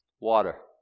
Water